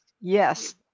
Yes